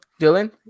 Dylan